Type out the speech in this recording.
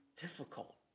difficult